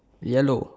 yellow